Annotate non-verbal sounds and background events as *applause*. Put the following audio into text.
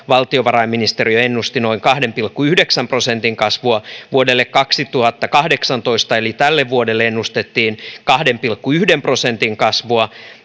*unintelligible* valtiovarainministeriö ennusti noin kahden pilkku yhdeksän prosentin kasvua vuodelle kaksituhattakahdeksantoista eli tälle vuodelle ennustettiin kahden pilkku yhden prosentin kasvua